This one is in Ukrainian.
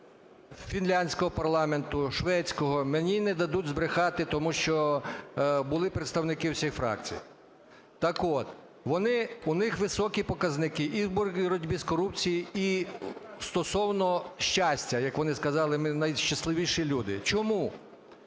фінляндського парламенту, швецького, мені не дадуть збрехати, тому що були представники всіх фракцій. Так от, у них високі показники і в боротьбі з корупцією, і стосовно щастя, як вони сказали, "ми найщасливіші люди". Чому?